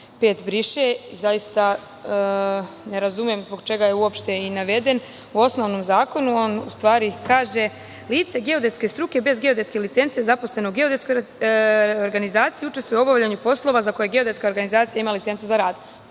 5. briše. Zaista ne razumem zbog čega je uopšte i naveden?U osnovnom zakonu u stvari kaže: "Lice geodetske struke bez geodetske licence zaposlen u geodetskoj organizaciji učestvuje u obavljanju poslova za koje geodetska organizacija imala licencu za rad".